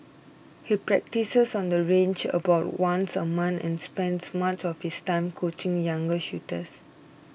he practises on the range about once a month and spends much of his time coaching younger shooters